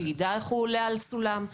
שיידע איך הוא עולה על סולם.